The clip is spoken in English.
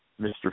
Mr